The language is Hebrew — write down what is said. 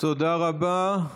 תודה רבה.